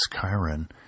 Chiron